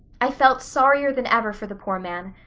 i felt sorrier than ever for the poor man.